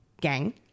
gang